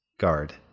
Guard